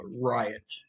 riot